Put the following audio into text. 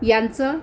यांचं